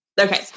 Okay